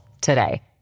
today